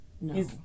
No